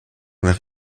nach